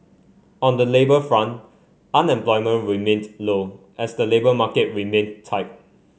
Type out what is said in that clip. on the labour front unemployment remained low as the labour market remained tight